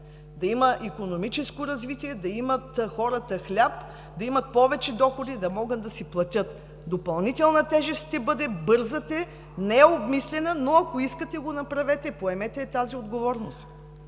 да има икономическо развитие, да имат хората хляб, да имат повече доходи да могат да си платят. Допълнителна тежест ще бъде, бързате, не е обмислена, но ако искате, го направете. Поемете я тази отговорност.